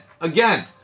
again